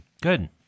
Good